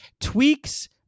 tweaks